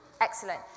Excellent